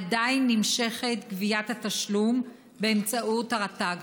עדיין נמשכת גביית התשלום באמצעות הרט"ג,